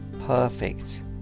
perfect